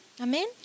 Amen